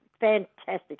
Fantastic